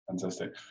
fantastic